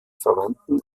verwandten